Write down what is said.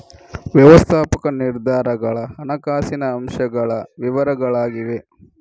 ವ್ಯವಸ್ಥಾಪಕ ನಿರ್ಧಾರಗಳ ಹಣಕಾಸಿನ ಅಂಶಗಳ ವಿವರಗಳಾಗಿವೆ